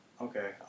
Okay